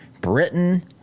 Britain –